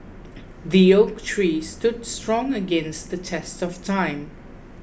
the oak tree stood strong against the test of time